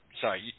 Sorry